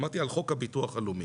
אמרתי, על חוק הביטוח הלאומי.